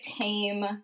tame